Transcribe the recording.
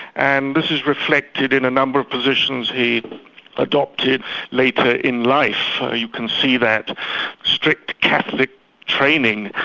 and this is reflected in a number of positions he adopted later in life. you can see that strict catholic training.